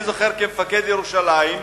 כמפקד ירושלים,